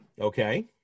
Okay